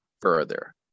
further